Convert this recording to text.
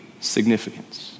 significance